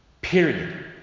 Period